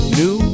new